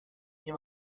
nie